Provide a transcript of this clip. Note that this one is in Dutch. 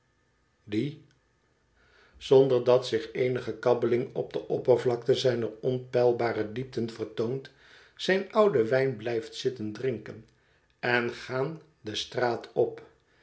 die zonder dat zich eenige kabbeling op de oppervlakte zijner onpeilbare diepten vertoont zijn ouden wijn blijft zitten drinken en gaan de straat op